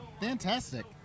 Fantastic